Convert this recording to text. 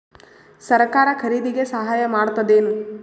ಸರಕಾರ ಖರೀದಿಗೆ ಸಹಾಯ ಮಾಡ್ತದೇನು?